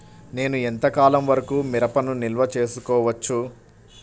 నేను ఎంత కాలం వరకు మిరపను నిల్వ చేసుకోవచ్చు?